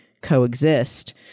coexist